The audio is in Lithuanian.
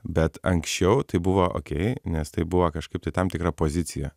bet anksčiau tai buvo okei nes tai buvo kažkaip tai tam tikra pozicija